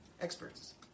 experts